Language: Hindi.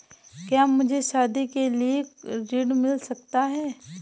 क्या मुझे शादी करने के लिए ऋण मिल सकता है?